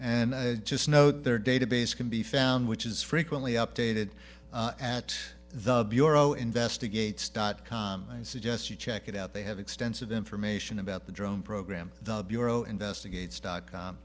and i just know their database can be found which is frequently updated at the bureau investigates dot com i suggest you check it out they have extensive information about the drone program the bureau investigates dot com